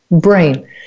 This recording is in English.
brain